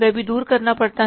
वह भी दूर करना पड़ता है